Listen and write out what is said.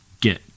get